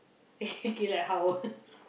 K K like how